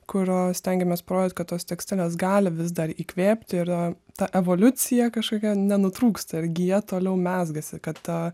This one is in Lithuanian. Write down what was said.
kurio stengiamės parodyt kad tos tekstinės gali vis dar įkvėpti ir a tą evoliucija kažkokia nenutrūksta gija toliau mezgasi kad tą